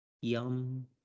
Yum